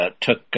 took